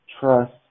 Trust